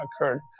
occurred